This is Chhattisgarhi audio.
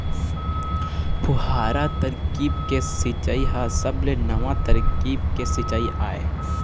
फुहारा तरकीब के सिंचई ह सबले नवा तरकीब के सिंचई आय